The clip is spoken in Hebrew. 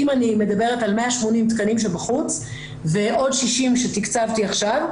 אם אני מדברת על 180 תקנים שבחוץ ועוד 60 שתקצבתי עכשיו,